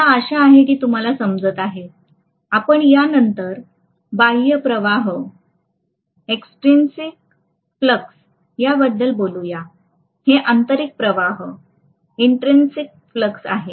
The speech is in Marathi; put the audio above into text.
मला आशा आहे की तुम्हाला समजत आहे आपण या नंतर बाह्य प्रवाहया बद्दल बोलू या हे आंतरिक प्रवाह आहे